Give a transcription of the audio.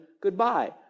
goodbye